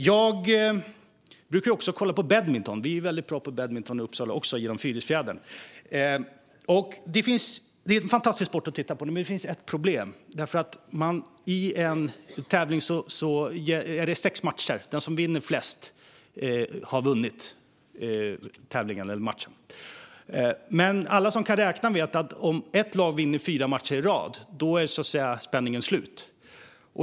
Jag brukar också kolla på badminton. Vi är väldigt bra på badminton också i Uppsala, genom Fyrisfjädern. Det är en fantastisk sport att titta på, men det finns ett problem. I en tävling är det sex matcher, och den som vinner flest har vunnit tävlingen. Men alla som kan räkna vet att om ett lag vinner fyra matcher i rad är spänningen slut.